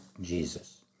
Jesus